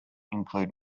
include